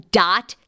dot